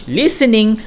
listening